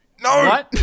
no